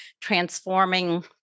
transforming